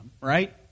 Right